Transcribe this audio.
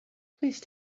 please